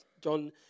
John